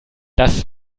das